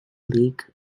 league